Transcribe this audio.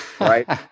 right